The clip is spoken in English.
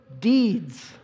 deeds